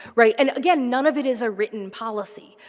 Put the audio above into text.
right? and again, none of it is a written policy.